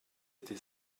été